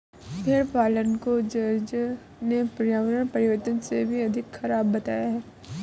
भेड़ पालन को जॉर्ज ने पर्यावरण परिवर्तन से भी अधिक खराब बताया है